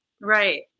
Right